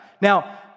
Now